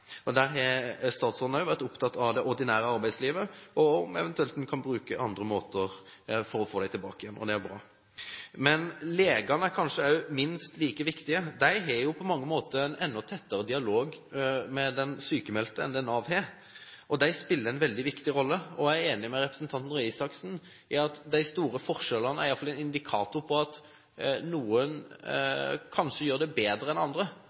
Der har også statsråden vært opptatt av det ordinære arbeidslivet og om en eventuelt kan bruke andre måter for å få dem tilbake igjen. Det er bra. Legene er kanskje minst like viktige. De har på mange måter en enda tettere dialog med den sykmeldte enn det Nav har, og de spiller en veldig viktig rolle. Jeg er enig med representanten Røe Isaksen i at de store forskjellene iallfall er en indikator på at noen kanskje gjør det bedre enn andre,